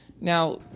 Now